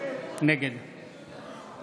נגד